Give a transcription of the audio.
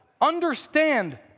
Understand